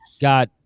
got